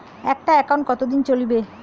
একটা একাউন্ট কতদিন চলিবে?